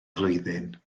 flwyddyn